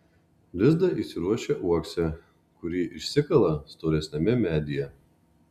lizdą įsiruošia uokse kurį išsikala storesniame medyje